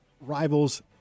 rivals